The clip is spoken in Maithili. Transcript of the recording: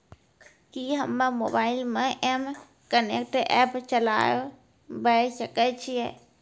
कि हम्मे मोबाइल मे एम कनेक्ट एप्प चलाबय सकै छियै?